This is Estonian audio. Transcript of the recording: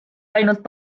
ainult